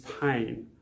pain